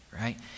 right